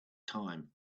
time